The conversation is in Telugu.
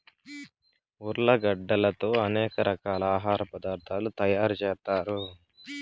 ఉర్లగడ్డలతో అనేక రకాల ఆహార పదార్థాలు తయారు చేత్తారు